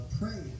pray